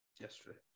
Yesterday